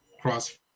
cross